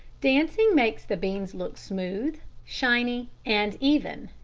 dancing makes the beans look smooth, shiny, and even,